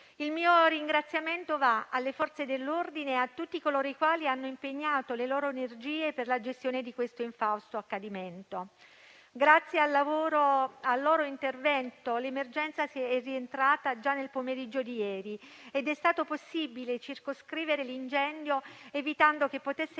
Il mio ringraziamento va alle Forze dell'ordine e a tutti coloro i quali hanno impegnato le loro energie per la gestione di questo infausto accadimento. Grazie al loro intervento l'emergenza è rientrata già nel pomeriggio di ieri ed è stato possibile circoscrivere l'incendio, evitando che potesse